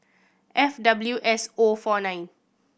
F W S O four nine